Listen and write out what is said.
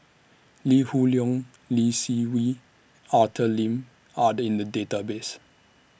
Lee Hoon Leong Lee Seng Wee Arthur Lim Are in The Database